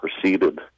proceeded